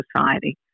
Society